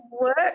work